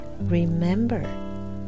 remember